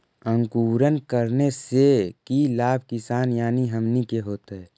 अंकुरण करने से की लाभ किसान यानी हमनि के होतय?